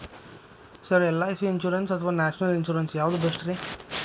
Sir LIC insurance ಅಥವಾ national insurance ಯಾವುದು ಬೆಸ್ಟ್ರಿ?